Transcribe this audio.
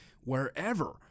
wherever